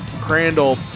Crandall